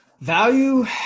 Value